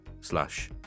slash